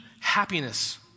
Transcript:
happiness